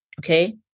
Okay